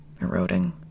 Eroding